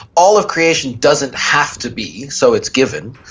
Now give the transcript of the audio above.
all of creation doesn't have to be, so it's given.